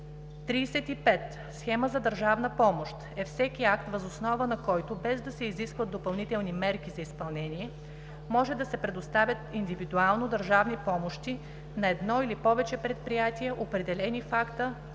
35. „Схема за държавна помощ“ е всеки акт, въз основа на който, без да се изискват допълнителни мерки за изпълнение, може да се предоставят индивидуално държавни помощи на едно или повече предприятия, определени в акта